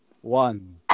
one